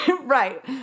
Right